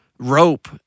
rope